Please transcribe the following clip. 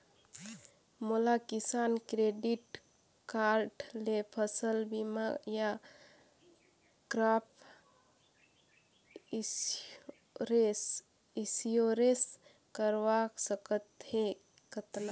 मोला Kisan credit card ले फसल बीमा या क्रॉप इंश्योरेंस करवा सकथ हे कतना?